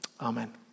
amen